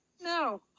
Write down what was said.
no